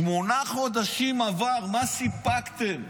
שמונה חודשים עברו, מה סיפקתם?